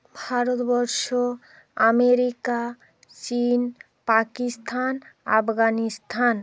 Bharatvarsha America চিন পাকিস্তান আফগানিস্তান